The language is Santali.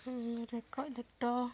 ᱨᱚᱠᱚᱡ ᱞᱮᱴᱚ